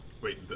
Wait